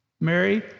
Mary